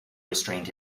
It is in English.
restrained